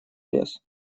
лезет